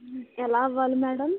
ఎలా అవ్వాలి మేడం